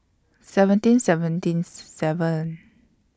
seventeen seventy seven